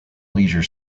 leisure